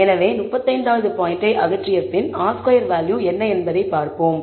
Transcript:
எனவே 35 வது பாயின்ட்டை அகற்றிய பின் R ஸ்கொயர் வேல்யூ என்ன என்பதைப் பார்ப்போம்